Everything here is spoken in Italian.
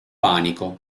panico